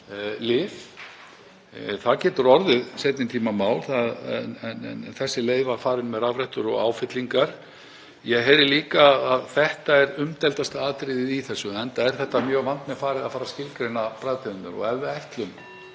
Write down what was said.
Það getur orðið seinni tíma mál en þessi leið var farin með rafrettur og áfyllingar. Ég heyri líka að þetta er umdeildasta atriðið í þessu enda er mjög vandmeðfarið að fara að skilgreina bragðtegundir. Ef við ætlum